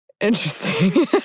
interesting